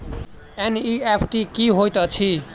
NEFT की होइत अछि?